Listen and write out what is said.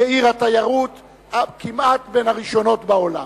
כעיר תיירות כמעט בין הראשונות בעולם.